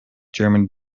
german